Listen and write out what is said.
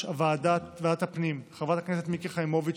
ועדת הפנים חברת הכנסת מיקי חיימוביץ',